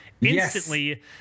instantly